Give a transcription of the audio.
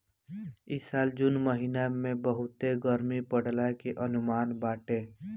इ साल जून महिना में बहुते गरमी पड़ला के अनुमान बाटे